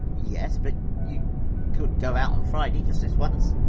yes, but you could go out on friday just this once?